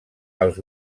als